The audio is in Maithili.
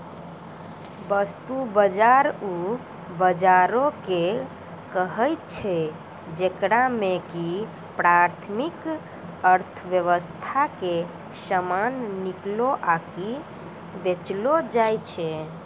वस्तु बजार उ बजारो के कहै छै जेकरा मे कि प्राथमिक अर्थव्यबस्था के समान किनलो आकि बेचलो जाय छै